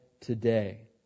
today